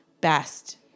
best